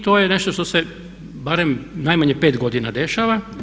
To je nešto što se barem najmanje 5 godina dešava.